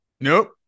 Nope